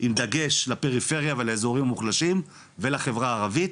עם דגש לפריפריה, לאזורים מוחלשים ולחברה הערבית,